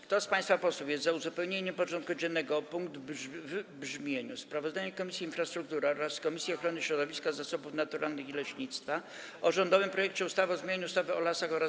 Kto z państwa posłów jest za uzupełnieniem porządku dziennego o punkt w brzmieniu: Sprawozdanie Komisji Infrastruktury oraz Komisji Ochrony Środowiska, Zasobów Naturalnych i Leśnictwa o rządowym projekcie ustawy o zmianie ustawy o lasach oraz